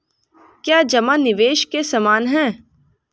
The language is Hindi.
क्या जमा निवेश के समान है?